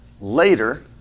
later